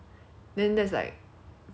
right now I cannot think of anything that's like